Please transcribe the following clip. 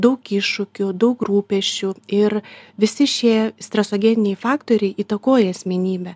daug iššūkių daug rūpesčių ir visi šie stresogeniniai faktoriai įtakoja asmenybę